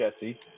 Jesse